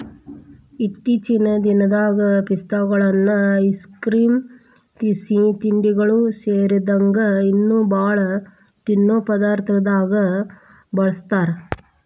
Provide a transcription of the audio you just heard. ಇತ್ತೇಚಿನ ದಿನದಾಗ ಪಿಸ್ತಾಗಳನ್ನ ಐಸ್ ಕ್ರೇಮ್, ಸಿಹಿತಿಂಡಿಗಳು ಸೇರಿದಂಗ ಇನ್ನೂ ಬಾಳ ತಿನ್ನೋ ಪದಾರ್ಥದಾಗ ಬಳಸ್ತಾರ